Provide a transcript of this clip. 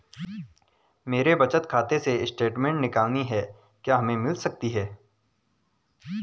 मेरे बचत खाते से स्टेटमेंट निकालनी है क्या हमें मिल सकती है?